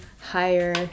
higher